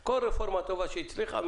כל רפורמה טובה שהצליחה,